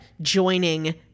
joining